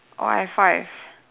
all have five